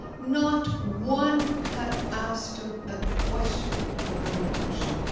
not one had asked him a question about addiction.